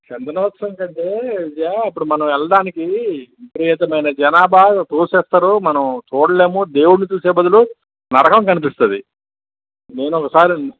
చందనోత్సవం కంటే విజయ ఇప్పుడు మనం వెళ్లటానికి విపరీతమైన జనాభా తోసేస్తారు మనం చూడలేము దేవున్ని చూసేబదులు నరకం కనిపిస్తుంది నేను ఒకసారి